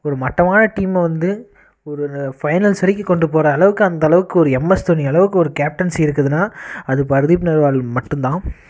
ஒரு மட்டமான டீமை வந்து ஒரு ஃபைனல்ஸ் வரைக்கும் கொண்டு போகற அளவுக்கு அந்த அளவுக்கு ஒரு எம்எஸ் தோனி அளவுக்கு ஒரு கேப்டன்சி இருக்குதுனா அது பர்தீப் நர்வால் மட்டும்தான்